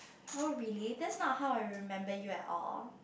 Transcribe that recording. oh really that's not how I remember you at all